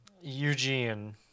Eugene